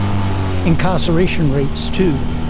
incarceration rates, too,